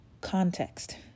context